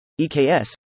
EKS